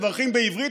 מברכים בעברית,